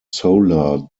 solar